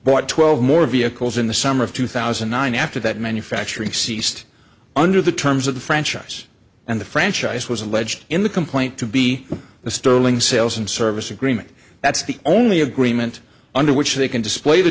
bought twelve more vehicles in the summer of two thousand and nine after that manufacturing ceased under the terms of the franchise and the franchise was alleged in the complaint to be the sterling sales and service agreement that's the only agreement under which they can display the